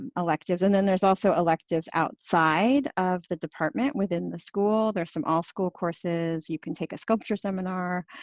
and electives. and then there's also electives outside of the department within the school, there's some all-school courses. you can take a sculpture seminar,